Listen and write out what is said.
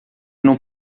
não